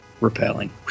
repelling